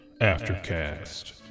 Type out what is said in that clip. AfterCast